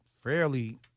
fairly